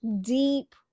deep